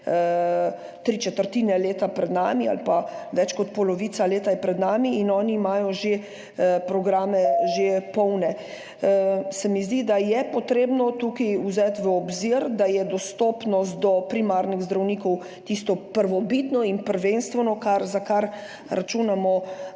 tri četrtine leta pred sabo ali pa več kot polovica leta je pred nami in oni imajo programe že polne. Zdi se mi, da je potrebno tukaj vzeti v obzir, da je dostopnost primarnih zdravnikov tisto prvobitno in prvenstveno, za kar računamo,